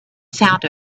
sound